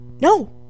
no